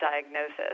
diagnosis